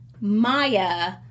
Maya